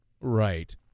Right